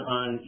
on